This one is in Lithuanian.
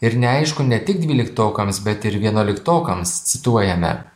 ir neaišku ne tik dvyliktokams bet ir vienuoliktokams cituojame